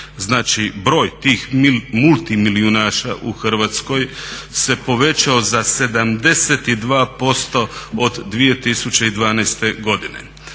Znači broj tih multimilijunaša u Hrvatskoj se povećao za 72% od 2012. godine.